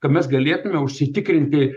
kad mes galėtume užsitikrinti